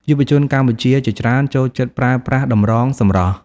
យុវជនកម្ពុជាជាច្រើនចូលចិត្តប្រើប្រាស់តម្រងសម្រស់។